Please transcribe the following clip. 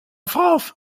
france